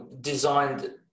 designed